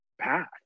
path